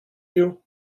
you